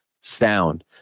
sound